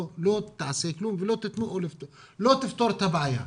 לא תעשה כלום ולא תפתור את הבעיה.